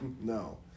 No